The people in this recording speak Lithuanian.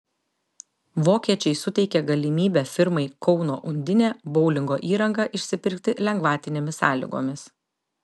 vokiečiai suteikė galimybę firmai kauno undinė boulingo įrangą išsipirkti lengvatinėmis sąlygomis